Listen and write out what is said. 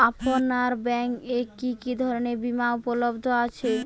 আপনার ব্যাঙ্ক এ কি কি ধরনের বিমা উপলব্ধ আছে?